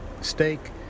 steak